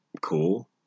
cool